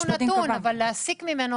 הנתון הוא נתון אבל להסיק ממנו,